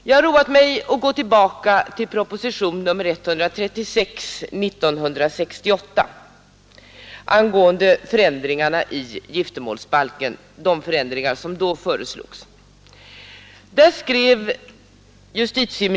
Jag har roat mig att gå tillbaka till proposition 136 år 1968 för att se på de förändringar som då föreslogs i giftermålsbalken.